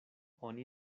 oni